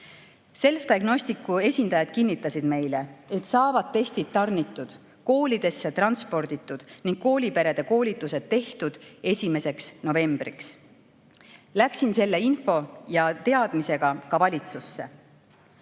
Selfdiagnosticsi esindajad kinnitasid meile, et saavad testid tarnitud, koolidesse transporditud ning kooliperede koolitused tehtud 1. novembriks. Läksin selle info ja teadmisega ka valitsusse.